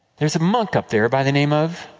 there is a monk up there by the name of.